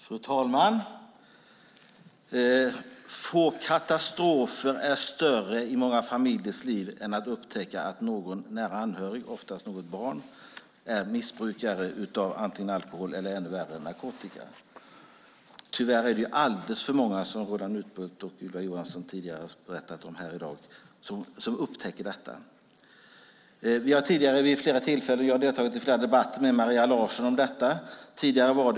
Fru talman! I många familjers liv är få katastrofer större än att upptäcka att någon nära anhörig, oftast något barn, är missbrukare av antingen alkohol eller, ännu värre, narkotika. Tyvärr är det alldeles för många, som Roland Utbult och Ylva Johansson tidigare har berättat, som upptäcker detta. Vi har vid flera tillfällen tidigare haft debatter om detta. Jag har deltagit i flera debatter med Maria Larsson om detta.